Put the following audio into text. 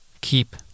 keep